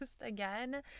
again